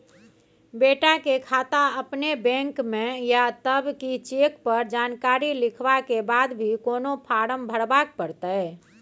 बेटा के खाता अपने बैंक में ये तब की चेक पर जानकारी लिखवा के बाद भी कोनो फारम भरबाक परतै?